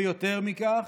ויותר מכך,